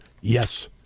Yes